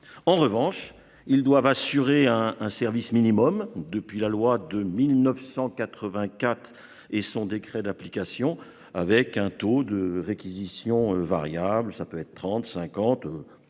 aériens doivent assurer un service minimum depuis la loi de 1984 et son décret d'application avec un taux de réquisition variable. Il leur est ainsi